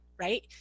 right